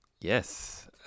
Yes